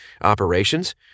operations